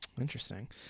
Interesting